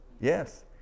Yes